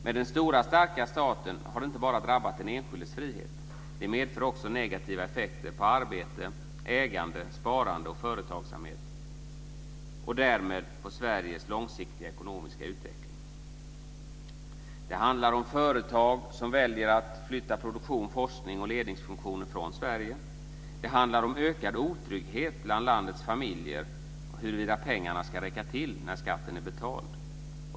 Men den stora starka staten har inte bara drabbat den enskildes frihet. Den medför också negativa effekter på arbete, ägande, sparande, företagsamhet och därmed Sveriges långsiktiga ekonomiska utveckling. Det handlar om företag som väljer att flytta produktion, forskning och ledningsfunktion från Sverige. Det handlar om ökad otrygghet bland landets familjer huruvida pengarna ska räcka till när skatten är betald.